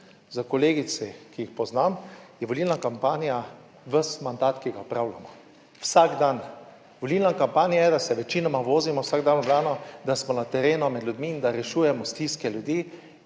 za kolegici, ki jih poznam, je volilna kampanja ves mandat, ki ga opravljamo vsak dan. Volilna kampanja je, da se večinoma vozimo vsak dan v Ljubljano, da smo na terenu, med ljudmi in da rešujemo stiske ljudi.